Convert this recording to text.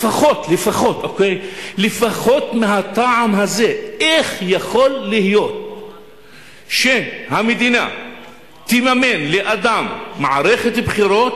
לפחות מהטעם הזה: איך יכול להיות שהמדינה תממן לאדם מערכת בחירות